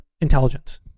intelligence